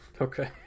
Okay